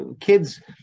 Kids